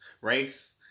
race